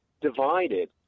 divided